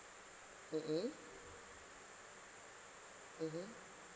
mm mm mmhmm